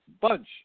bunch